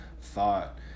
thought